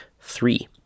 Three